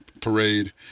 parade